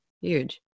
huge